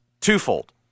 twofold